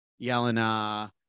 Yelena